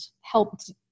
helped